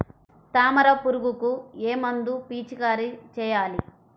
తామర పురుగుకు ఏ మందు పిచికారీ చేయాలి?